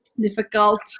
Difficult